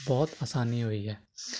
ਬਹੁਤ ਆਸਾਨੀ ਹੋਈ ਹੈ